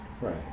Right